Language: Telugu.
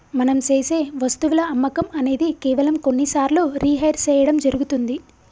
మనం సేసె వస్తువుల అమ్మకం అనేది కేవలం కొన్ని సార్లు రిహైర్ సేయడం జరుగుతుంది